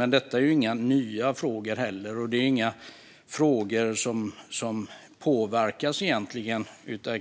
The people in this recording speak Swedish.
Men detta är inga nya frågor som påverkas av